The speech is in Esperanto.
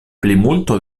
plimulto